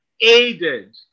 aided